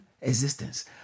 existence